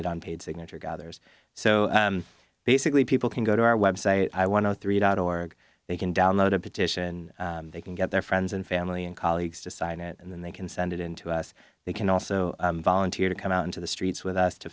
it on paid signature gatherers so basically people can go to our web site i want to three dot org they can download a petition they can get their friends and family and colleagues to sign it and then they can send it in to us they can also volunteer to come out into the streets with us to